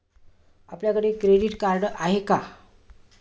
आपल्याकडे credit card आहे का?